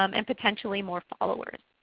um and potentially more followers.